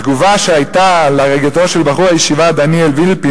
התגובה שהיתה על הריגתו של בחור הישיבה דניאל ויפליך,